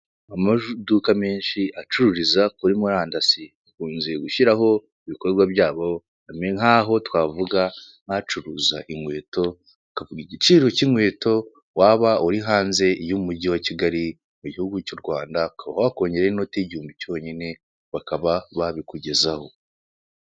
Amaduka menshi acururiza kuri murandasi akunze gushyiraho ibikorwa byabo, nk'aho twavuga nk'acuruza inkweto ukavuga igiciro k'inkweto waba uri hanze y'umujyi wa Kigali mu gihugu cy' u Rwanda ukaba wakongeraho inote y'igihumbi cyonyine bakaba babikugezaho.